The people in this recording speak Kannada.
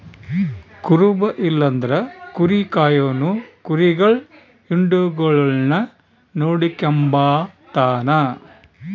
ಕುರುಬ ಇಲ್ಲಂದ್ರ ಕುರಿ ಕಾಯೋನು ಕುರಿಗುಳ್ ಹಿಂಡುಗುಳ್ನ ನೋಡಿಕೆಂಬತಾನ